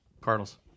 Cardinals